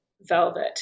velvet